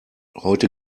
heute